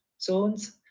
zones